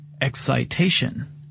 excitation